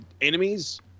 enemies